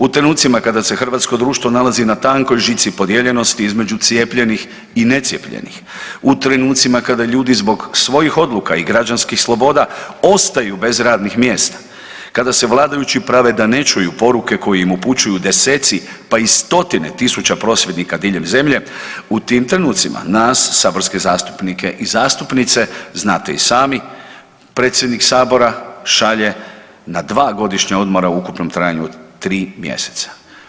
U trenucima kada se hrvatsko društvo nalazi na tankoj žici podijeljenosti između cijepljenih i necijepljenih, u trenucima kada ljudi zbog svojih odluka i građanskih sloboda ostaju bez radnih mjesta, kada se vladajući prave da ne čuju poruke koje im upućuju deseci pa i stotine tisuća prosvjednika diljem zemlje u tim trenucima nas saborske zastupnike i zastupnice znate i sami predsjednik Sabora šalje na dva godišnja odmora u ukupnom trajanju od tri mjeseca.